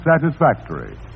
satisfactory